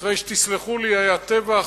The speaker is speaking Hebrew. אחרי, שתסלחו לי, היה טבח,